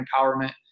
empowerment